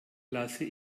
lasse